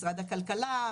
משרד הכלכלה,